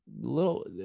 little